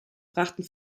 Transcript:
brachten